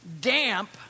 damp